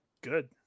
Good